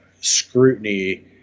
scrutiny